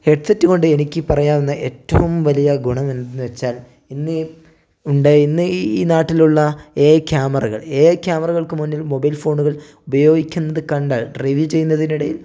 headset കൊണ്ട് എനിക്ക് പറയാവുന്ന ഏറ്റവും വലിയ ഗുണം എന്തെന്ന് വെച്ചാൽ ഇന്ന് ഉണ്ടായ ഇന്നീ നാട്ടിലുള്ള എഐ ക്യാമറകൾ എഐ ക്യാമറകൾക്ക് മുന്നിൽ മൊബൈൽ ഫോണുകൾ ഉപയോഗിക്കുന്നത് കണ്ടാൽ ഡ്രൈവ് ചെയ്യുന്നതിനിടയിൽ